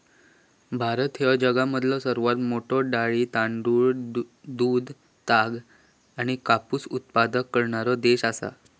भारत ह्यो जगामधलो सर्वात मोठा डाळी, तांदूळ, दूध, ताग आणि कापूस उत्पादक करणारो देश आसा